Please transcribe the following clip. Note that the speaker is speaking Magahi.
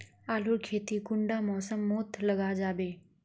आलूर खेती कुंडा मौसम मोत लगा जाबे?